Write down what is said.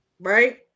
Right